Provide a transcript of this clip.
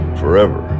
forever